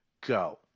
go